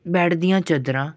bed ਦੀਆਂ ਚਾਦਰਾਂ